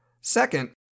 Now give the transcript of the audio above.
Second